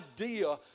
idea